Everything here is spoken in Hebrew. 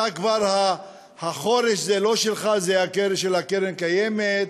אתה, כבר החורש לא שלך, זה של קרן קיימת,